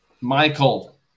Michael